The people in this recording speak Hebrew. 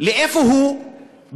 לאן הוא ברח?